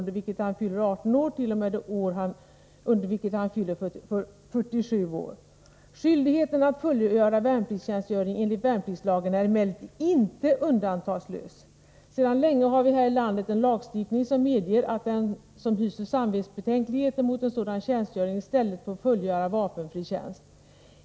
Det står i min reservation: Skyldigheten att fullgöra värnpliktstjänstgöring enligt värnpliktslagen är emellertid inte undantagslös. Sedan länge har vi här i landet en lagstiftning som medger att den som hyser samvetsbetänkligheter mot sådan tjänstgöring i stället får fullgöra vapenfri tjänst.